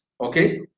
Okay